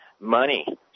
money